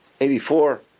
Eighty-four